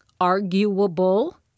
arguable